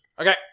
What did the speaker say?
Okay